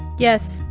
yes,